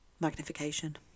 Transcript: magnification